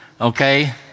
okay